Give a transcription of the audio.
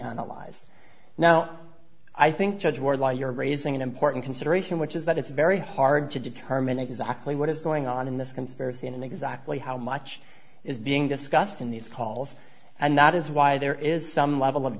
analyzed now i think judge wardlaw you're raising an important consideration which is that it's very hard to determine exactly what is going on in this conspiracy and exactly how much is being discussed in these calls and that is why there is some level of